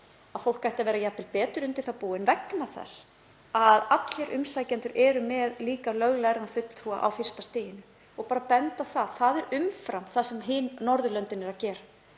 að fólk ætti jafnvel að vera betur undir það búið vegna þess að allir umsækjendur eru líka með löglærðan fulltrúa á fyrsta stiginu. Ég bara bendi á að það er umfram það sem hin Norðurlöndin eru að gera.